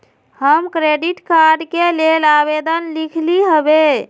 हम credit card के लेल आवेदन लिखली हबे